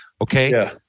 okay